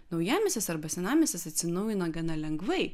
naujamiestis arba senamiestis atsinaujina gana lengvai